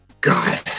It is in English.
God